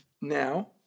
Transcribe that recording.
now